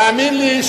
תאמין לי,